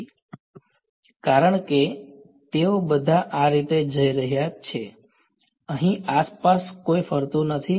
અરે વાહ કારણ કે તેઓ બધા આ રીતે જઈ રહ્યા છે અહીં આસપાસ કોઈ ફરતું નથી